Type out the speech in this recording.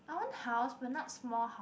I want house but not small house